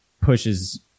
pushes